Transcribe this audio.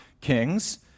Kings